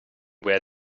where